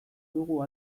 dugu